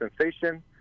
sensation